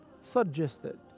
suggested